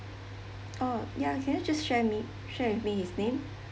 oh ya can you just share me share with me his name